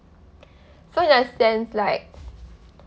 so in a sense like